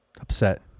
Upset